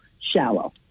shallow